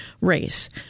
race